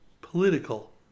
political